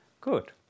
Good